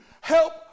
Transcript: help